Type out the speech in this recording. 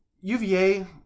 UVA